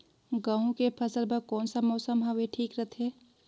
गहूं के फसल बर कौन सा मौसम हवे ठीक रथे?